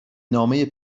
نامه